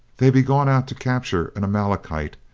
they be gone out to capture an amale kite,